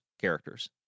characters